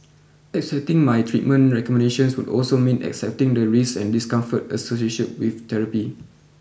accepting my treatment recommendations would also mean accepting the risks and discomfort associated with therapy